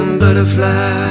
butterfly